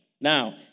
Now